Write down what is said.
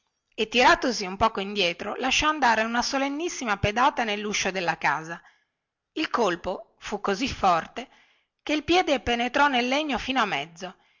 calci e tiratosi un poco indietro lasciò andare una solennissima pedata nelluscio della casa il colpo fu così forte che il piede penetrò nel legno fino a mezzo